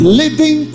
living